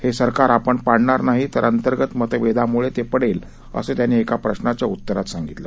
हे सरकार आपण पाडणार नाही तर अंतर्गत मतभेदामुळे ते पडेल असं त्यांनी एका प्रश्नाच्या उत्तरात सांगितलं